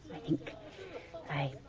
i think i,